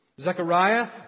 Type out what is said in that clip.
Zechariah